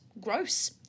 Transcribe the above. gross